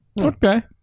Okay